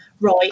Right